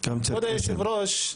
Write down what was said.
כבוד היושב-ראש,